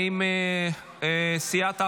האם סיעת העבודה,